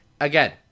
Again